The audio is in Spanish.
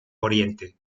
oriente